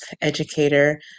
educator